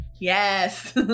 Yes